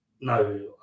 no